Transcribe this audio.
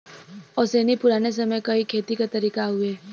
ओसैनी पुराने समय क ही खेती क तरीका हउवे